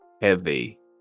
heavy